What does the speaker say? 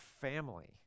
family